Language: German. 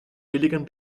billigen